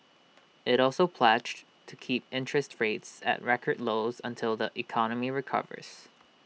IT also pledged to keep interest rates at record lows until the economy recovers